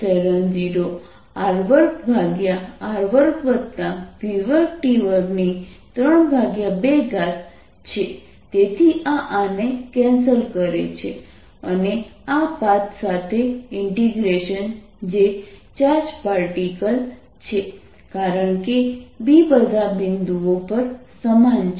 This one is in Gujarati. dl 00 qv20R2R2v2t232 2πRB 0qvR22R2v2t232 B 1202π qvR2R2v2t232 તેથી આ આને કેન્સલ કરે છે અને આ પાથ સાથે ઇન્ટીગ્રેશન જે ચાર્જ પાર્ટિકલ છે કારણ કે B બધા બિંદુઓ પર સમાન છે